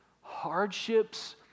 hardships